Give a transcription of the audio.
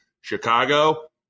Chicago